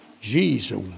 Jesus